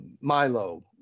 Milo